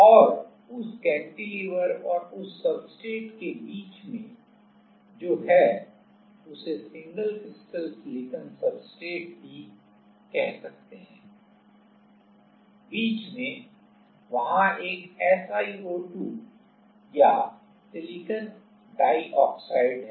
और उस कैंटिलीवर और सब्सट्रेट के बीच में जो है उसे सिंगल क्रिस्टल सिलिकॉन सब्सट्रेट भी कह सकते है बीच में वहां एक SiO2 या सिलिकॉन डाइऑक्साइड है